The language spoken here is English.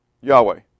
Yahweh